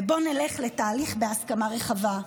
ובואו נלך לתהליך בהסכמה רחבה.